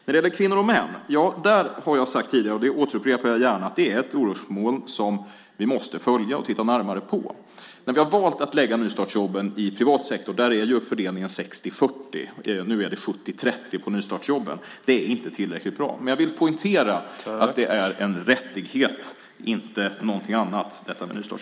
När det gäller kvinnor och män har jag sagt tidigare, vilket jag gärna upprepar, att det är ett orosmoln som vi måste följa och titta närmare på. Vi har valt att lägga nystartsjobben i privat sektor, och där är fördelningen 60-40. Nu är den 70-30 på nystartsjobben, och det är inte tillräckligt bra. Men jag vill poängtera att detta med nystartsjobb är en rättighet, inte någonting annat.